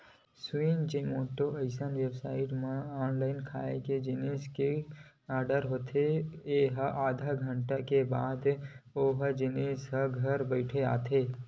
Swiggy, Zomato असन website म online खाए के जिनिस के आरडर होत हे आधा एक घंटा के बाद ले ओ जिनिस ह घर बइठे आवत हे